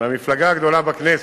מהמפלגה הגדולה בכנסת.